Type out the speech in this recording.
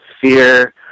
fear